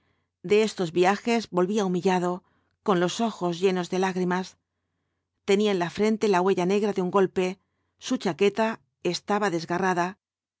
de estos viajes volvía humillado con los ojos llenos de lágrimas tenía en la frente la huella negra de un golpe su chaqueta estaba desgarrada